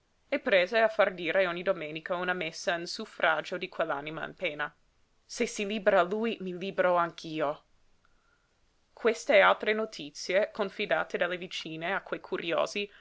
e prese a far dire ogni domenica una messa in suffragio di quell'anima in pena se si libera lui mi libero anch'io queste e altre notizie confidate dalle vicine a quei curiosi